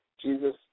Jesus